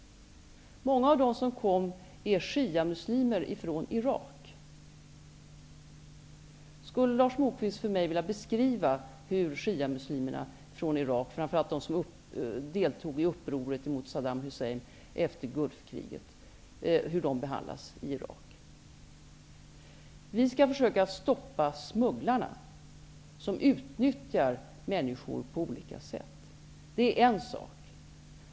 Många av dem som kom är shiamus limer från Irak. Skulle Lars Moquist vilja beskriva för mig hur shiamuslimerna från Irak, framför allt de som deltog i upproret mot Saddam Hussein ef ter Gulfkriget, behandlas i Irak? Vi skall försöka stoppa smugglarna som utnytt jar människor på olika sätt. Det är en sak.